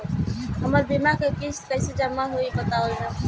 हमर बीमा के किस्त कइसे जमा होई बतावल जाओ?